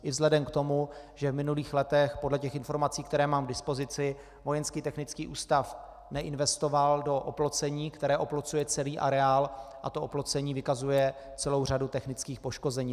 I vzhledem k tomu, že v minulých letech podle informací, které mám k dispozici, Vojenský technický ústav neinvestoval do oplocení, které oplocuje celý areál, to oplocení vykazuje celou řadu technických poškození.